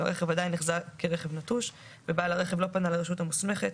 והרכב עדיין נחזה כרכב נטוש ובעל הרכב לא פנה לרשות המוסמכת,